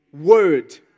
word